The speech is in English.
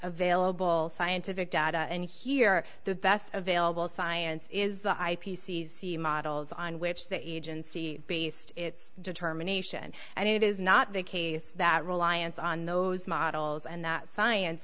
available scientific data and here the best available science is the i p c c models on which the agency based its determination and it is not the case that reliance on those models and that science